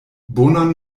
bonan